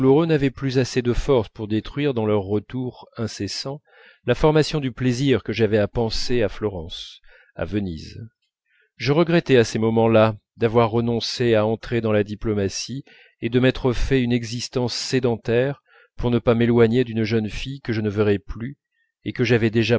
n'avaient plus assez de force pour détruire dans leur retour incessant la formation du plaisir que j'avais à penser à florence à venise je regrettais à ces moments-là d'avoir renoncé à entrer dans la diplomatie et de m'être fait une existence sédentaire pour ne pas m'éloigner d'une jeune fille que je ne verrais plus et que j'avais déjà